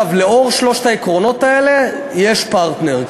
לאור שלושת העקרונות האלה, יש פרטנר.